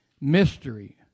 Mystery